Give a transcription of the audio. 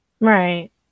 Right